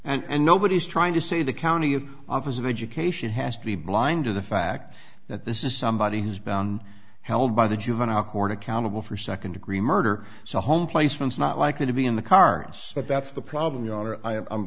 and nobody is trying to say the county of office of education has to be blind to the fact that this is somebody who's been held by the juvenile horn accountable for second degree murder so home placement is not likely to be in the car but that's the problem you are